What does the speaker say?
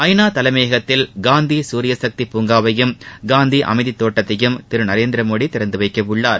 ஐநா தலைமையகத்தில் காந்தி சூரிய சக்தி பூங்காவையும் காந்தி அமைதி தோட்டத்தையும் திரு நரேந்திர மோடி திறந்து வைக்க உள்ளார்